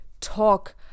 talk